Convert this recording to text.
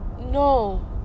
No